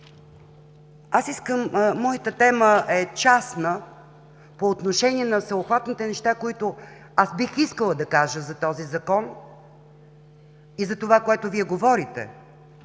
Моята тема е частна, по отношение на всеобхватните неща, които, бих искала да кажа за този Закон и за това, което Вие говорите.